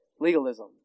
legalism